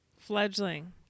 Fledgling